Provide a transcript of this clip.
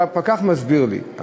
והפקח מסביר לי,